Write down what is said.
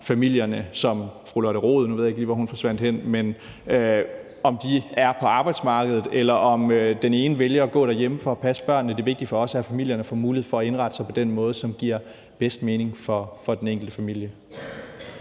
familierne, som fru Lotte Rod sagde – nu ved jeg ikke lige, hvor hun forsvandt hen – er på arbejdsmarkedet, eller om den ene vælger at gå derhjemme for at passe børnene. Det vigtige for os er, at familierne får mulighed for indrette sig på den måde, som giver bedst mening for den enkelte familie.